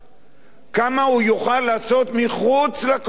כמה הוא יוכל לעשות מחוץ לקואליציה?